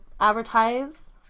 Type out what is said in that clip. advertise